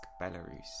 Belarus